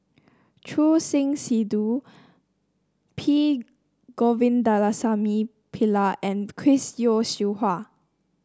Choor Singh Sidhu P Govindasamy Pillai and Chris Yeo Siew Hua